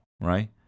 right